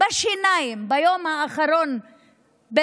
בשיניים ביום האחרון של הכנסת,